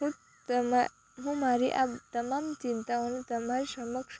હું મારી આ તમામ ચિંતાઓનું તમારા સમક્ષ